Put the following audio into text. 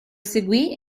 seguì